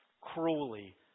cruelly